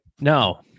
No